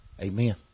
Amen